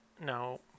No